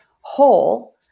whole